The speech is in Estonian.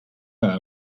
aja